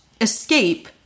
escape